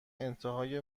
انتهای